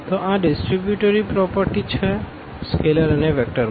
તો આ distributive property છે સ્કેલર અને વેકટર માટે